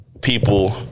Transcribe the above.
people